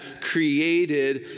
created